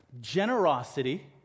Generosity